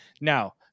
Now